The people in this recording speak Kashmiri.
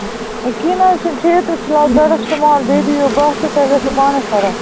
ہے کِہیٖنٛۍ نہَ حظ چھُ کھیٚیِو تُہۍ فِلحال پیٮرسٹٕمال بیٚیہِ دِیو باہ تہٕ تۄہہِ گَژھوٕ پانٕے فرق